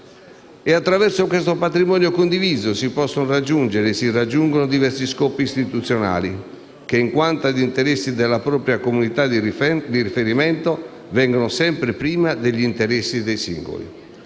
Attraverso questo patrimonio condiviso si possono raggiungere e si raggiungono diversi scopi istituzionali che, in quanto interessi della propria comunità di riferimento, vengono sempre prima degli interessi dei singoli.